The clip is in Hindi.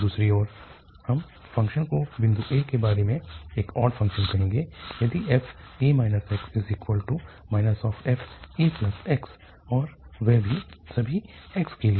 दूसरी ओर हम फ़ंक्शन को बिंदु a के बारे में एक ऑड फ़ंक्शन कहेंगे यदि fa x fax और वह भी सभी x के लिए